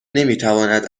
نمیتواند